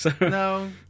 No